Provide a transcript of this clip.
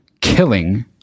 killing